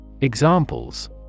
Examples